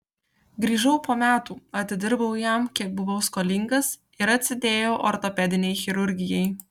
grįžau po metų atidirbau jam kiek buvau skolingas ir atsidėjau ortopedinei chirurgijai